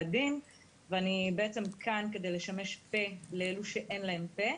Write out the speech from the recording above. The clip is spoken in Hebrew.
הדין ואני בעצם כאן כדי לשמש פה לאלו שאין להם פה.